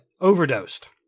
overdosed